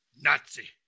Nazi